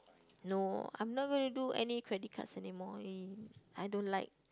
no I'm not gonna do any credit cards anymore eh I don't like